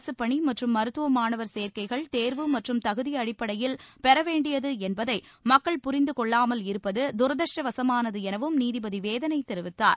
அரசுப்பணி மற்றும் மருத்துவ மாணவர் சேர்க்கைகள் தேர்வு மற்றும் தகுதி அடிப்படையில் பெற வேண்டியது என்பதை மக்கள் புரிந்து கொள்ளாமல் இருப்பது தரதிருஷ்டவசமானது எனவும் நீதிபதி வேதனை தெரிவித்தார்